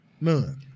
None